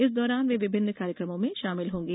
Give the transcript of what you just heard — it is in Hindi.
इस दौरान वे विभिन्न कार्यक्रमों में शामिल होंगे